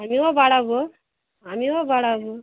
আমিও বাড়াবো আমিও বাড়াবো